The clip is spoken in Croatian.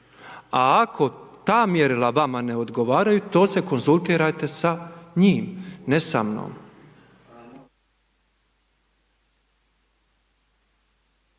a ako ta mjerila vama ne odgovaraju, to se konzultirajte sa njim, ne sa mnom.